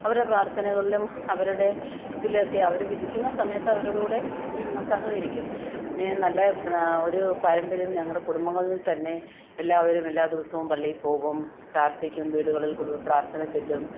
അവരുടെ പ്രാർത്ഥനകളിലും അവരുടെ ഇതിലുമൊക്കെ അവർ വിളിക്കുന്ന സമയത്ത് അവരുടെ കൂടെ സഹകരിക്കും പിന്നെ നല്ല ഒരൂ പാരമ്പര്യം ഞങ്ങളുടെ കുടുംബങ്ങളിൽ തന്നെ എല്ലാവരും എല്ലാ ദിവസവും പള്ളിയിൽ പോകും പ്രാർത്ഥിക്കും വീടുകളിൽ കുർ പ്രാർത്ഥന ചൊല്ലും